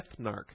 ethnarch